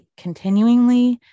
continuingly